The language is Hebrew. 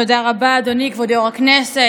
תודה רבה, אדוני, כבוד יו"ר הישיבה.